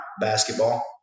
basketball